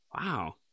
Wow